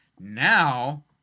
now